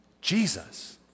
Jesus